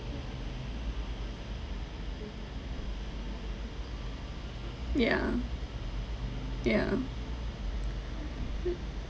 yeah yeah